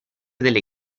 delle